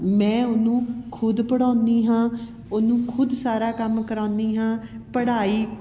ਮੈਂ ਉਹਨੂੰ ਖੁਦ ਪੜ੍ਹਾਉਂਦੀ ਹਾਂ ਉਹਨੂੰ ਖੁਦ ਸਾਰਾ ਕੰਮ ਕਰਵਾਉਂਦੀ ਹਾਂ ਪੜ੍ਹਾਈ